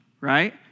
right